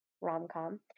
rom-com